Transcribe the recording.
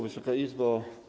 Wysoka Izbo!